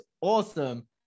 awesome